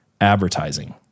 advertising